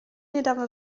niedawno